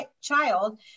child